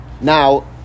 now